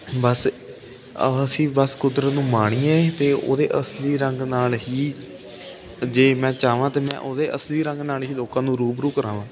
ਬਸ ਅ ਅਸੀਂ ਬਸ ਕੁਦਰਤ ਨੂੰ ਮਾਣੀਏ ਅਤੇ ਉਹਦੇ ਅਸਲੀ ਰੰਗ ਨਾਲ ਹੀ ਜੇ ਮੈਂ ਚਾਹਵਾਂ ਤਾਂ ਮੈਂ ਉਹਦੇ ਅਸਲੀ ਰੰਗ ਨਾਲ ਹੀ ਲੋਕਾਂ ਨੂੰ ਰੂਬਰੂ ਕਰਾਵਾਂ